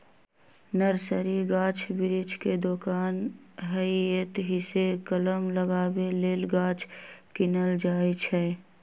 nursery गाछ वृक्ष के दोकान हइ एतहीसे कलम लगाबे लेल गाछ किनल जाइ छइ